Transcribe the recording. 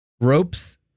Ropes